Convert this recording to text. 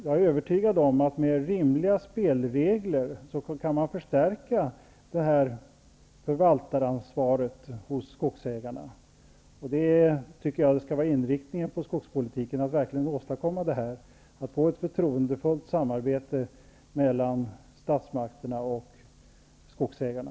Jag är övertygad om att man, med rimliga spelregler, kan förstärka detta förvaltaransvar hos skogsägarna, och det skall vara inriktningen på skogspolitiken att verkligen åstadkomma det, att få ett förtroendefullt samarbete mellan statsmakterna och skogsägarna.